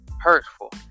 Hurtful